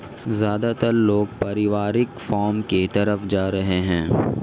ज्यादातर लोग पारिवारिक फॉर्म की तरफ जा रहै है